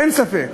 אין ספק